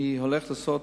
אני הולך לעשות,